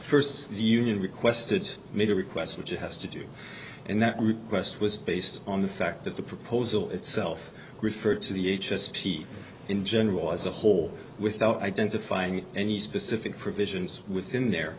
first union requested made a request which it has to do and that request was based on the fact that the proposal itself referred to the h s p in general as a whole without identifying any specific provisions within there